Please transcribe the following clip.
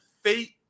fate